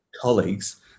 colleagues